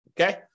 okay